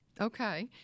Okay